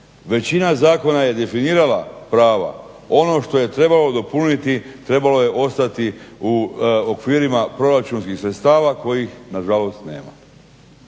Većina zakona je definirala prava, ono što je trebalo dopuniti trebalo je ostati u okvirima proračunskih sredstava kojih nažalost nema.